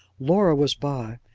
laura was by,